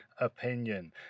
opinion